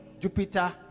Jupiter